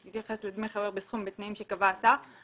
בהתייחס לדמי חבר בסכום ובתנאים שקבע השר.